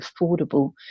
affordable